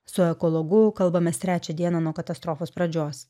su ekologu kalbamės trečią dieną nuo katastrofos pradžios